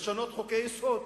ולשנות חוקי-יסוד.